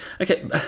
Okay